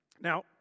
Now